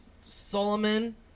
Solomon